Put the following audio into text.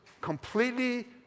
completely